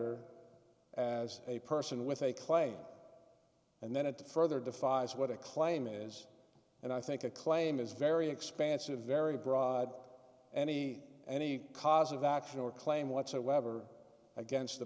or as a person with a claim and then it further defies what a claim is and i think a claim is very expansive very broad any any cause of action or claim whatsoever against the